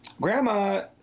grandma